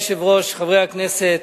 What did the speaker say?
אדוני היושב-ראש, חברי הכנסת,